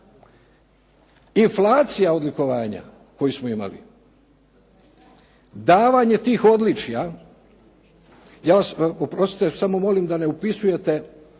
Inflacija odlikovanja koju smo imali, davanje tih odličja, oprostite samo molim da ne upisujete